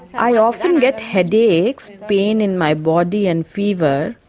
i often get headaches, pain in my body and fever.